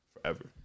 forever